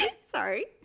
sorry